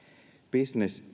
business